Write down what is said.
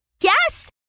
Yes